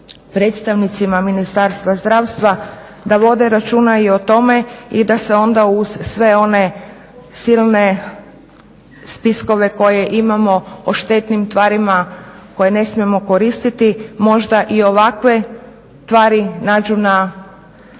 predstavnicima Ministarstva zdravstva, da vode računa i o tome i da se onda uz sve one silne spiskove koje imamo o štetnim tvarima koje ne smijemo koristiti možda i ovakve tvari nađu na